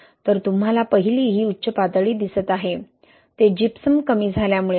तर तुम्हाला पहिली ही उच्च पातळी दिसत आहे ते जिप्सम कमी झाल्यामुळे आहे